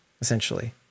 essentially